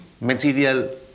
material